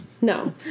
No